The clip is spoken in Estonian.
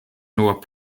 nõuab